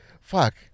Fuck